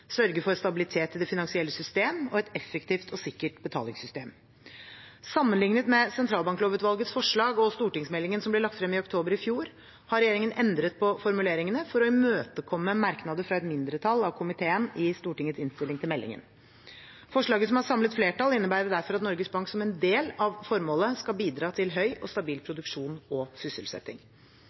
sørge for stabilitet i det finansielle systemet og et effektivt og sikkert betalingssystem. Sammenlignet med sentralbanklovutvalgets forslag og stortingsmeldingen som ble lagt frem i oktober i fjor, har regjeringen endret på formuleringene for å imøtekomme merknader fra et mindretall av komiteen i Stortingets innstilling til meldingen. Forslaget som har samlet flertall, innebærer derfor at Norges Bank som en del av formålet skal bidra til høy og stabil produksjon og sysselsetting.